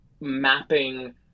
mapping